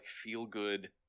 feel-good